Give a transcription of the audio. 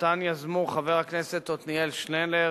שיזמו חבר הכנסת עתניאל שנלר